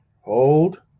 Hold